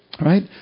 Right